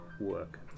work